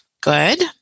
good